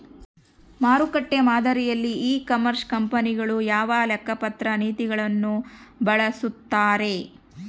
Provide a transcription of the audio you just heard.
ಮಾರುಕಟ್ಟೆ ಮಾದರಿಯಲ್ಲಿ e commerce ಕಂಪನಿಗಳು ಯಾವ ಲೆಕ್ಕಪತ್ರ ನೇತಿಗಳನ್ನು ಬಳಸುತ್ತಾರೆ?